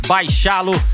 Baixá-lo